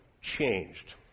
changed